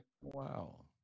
Wow